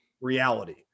reality